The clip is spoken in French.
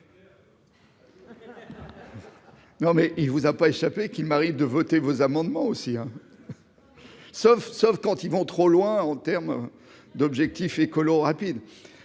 Non, mais il vous a pas échappé qu'il m'arrive de voter vos amendements aussi hein, sauf, sauf quand ils vont trop loin en terme d'objectifs écolo rapide